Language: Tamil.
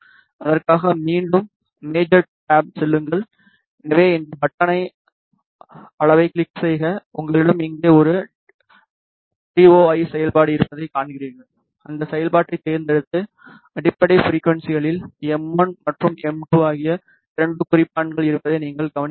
அதற்காக மீண்டும் மேஜர் டேப்க்குச் செல்லுங்கள் எனவே இந்த பட்டனை அளவைக் கிளிக் செய்க உங்களிடம் இங்கே ஒரு டி ஓ ஐ செயல்பாடு இருப்பதைக் காண்கிறீர்கள் அந்தச் செயல்பாட்டைத் தேர்ந்தெடுத்து அடிப்படை ஃபிரிக்குவன்ஸிகளில் எம் 1 மற்றும் எம் 2 ஆகிய இரண்டு குறிப்பான்கள் இருப்பதை நீங்கள் கவனிக்கிறீர்கள்